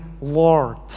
Lord